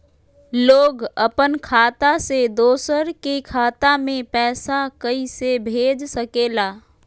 लोग अपन खाता से दोसर के खाता में पैसा कइसे भेज सकेला?